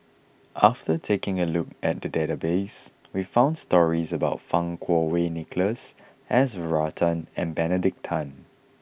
after taking a look at the database we found stories about Fang Kuo Wei Nicholas S Varathan and Benedict Tan